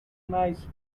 nice